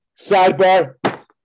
Sidebar